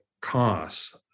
costs